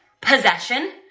possession